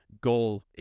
goal